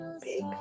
Big